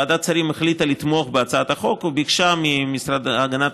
ועדת שרים החליטה לתמוך בהצעת החוק וביקשה מהמשרד להגנת